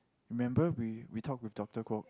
remember we we talked to doctor Kwok